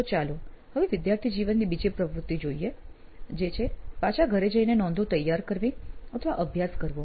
તો ચાલો હવે વિદ્યાર્થી જીવનની બીજી પ્રવૃત્તિ જોઈએ જે છે પાછા ઘરે જઈને નોંધો તૈયાર કરવી અથવા અભ્યાસ કરવો